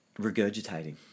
regurgitating